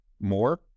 more